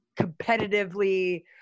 competitively